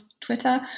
Twitter